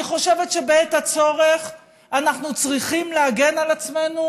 אני חושבת שבעת הצורך אנחנו צריכים להגן על עצמנו,